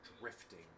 drifting